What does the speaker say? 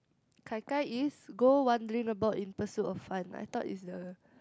Gai Gai is go wondering about in pursuit of fun I though it's the